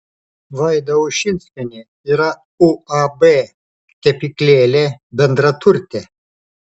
vaida ušinskienė yra uab kepyklėlė bendraturtė